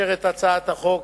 לאשר את הצעת החוק